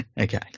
Okay